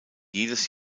jedes